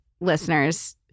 listeners